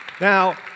Now